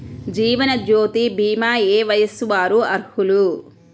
జీవనజ్యోతి భీమా ఏ వయస్సు వారు అర్హులు?